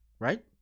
Right